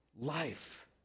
life